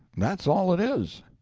that's all it is.